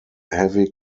heavy